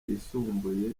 ryisumbuye